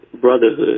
brotherhood